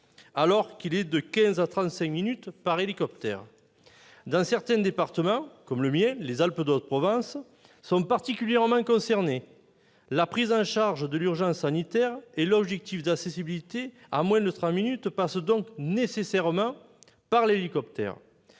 contre quinze à trente-cinq minutes par hélicoptère. Certains départements, comme le mien, les Alpes-de-Haute-Provence, sont particulièrement concernés. La prise en charge de l'urgence sanitaire et l'objectif d'accessibilité à moins de trente minutes passent donc nécessairement par l'hélicoptère.